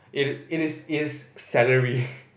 it is it is is salary